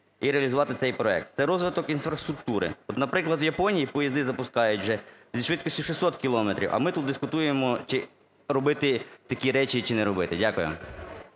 і реалізувати цей проект. Це розвиток інфраструктури. От, наприклад, в Японії поїзди запускають вже зі швидкістю 600 кілометрів, а ми тут дискутуємо чи робити такі речі чи не робити. Дякую.